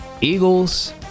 Eagles